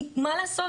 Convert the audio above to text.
כי מה לעשות,